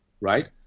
right